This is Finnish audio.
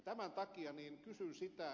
tämän takia kysyn